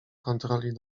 kontroli